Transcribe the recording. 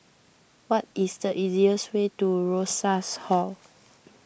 what is the easiest way to Rosas Hall